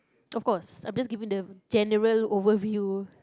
of course I'm just giving the general overview